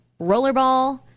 rollerball